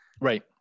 right